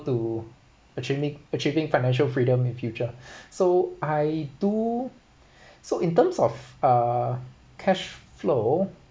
to achievin~ achieving financial freedom in future so I do so in terms of err cash flow